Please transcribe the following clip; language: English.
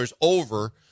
over